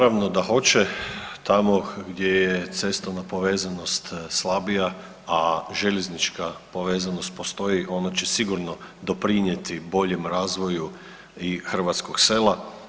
Naravno da hoće, tamo gdje je cestovna povezanost slabija, a željeznička povezanost postoji ona će sigurno doprinijeti boljem razvoju i hrvatskog sela.